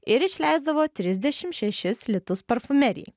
ir išleisdavo trisdešimt šešis litus parfumerijai